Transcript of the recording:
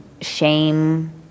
shame